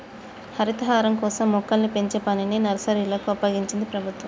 హరితహారం కోసం మొక్కల్ని పెంచే పనిని నర్సరీలకు అప్పగించింది ప్రభుత్వం